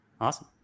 Awesome